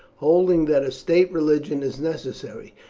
holding that a state religion is necessary.